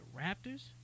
Raptors